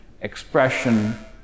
expression